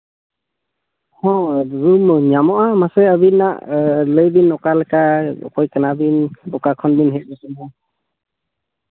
ᱦᱳᱭ ᱧᱟᱢᱚᱜᱼᱟ ᱢᱟᱥᱮ ᱟᱹᱵᱤᱱᱟᱜ ᱞᱟᱹᱭᱵᱤᱱ ᱚᱠᱟ ᱞᱮᱠᱟ ᱚᱠᱚᱭ ᱠᱟᱱᱟᱵᱤᱱ ᱚᱠᱟ ᱠᱷᱚᱱ ᱵᱤᱱ ᱦᱮᱡ ᱠᱟᱱᱟ